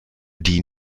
die